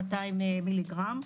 200 מ"ג,